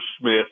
Smith